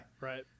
Right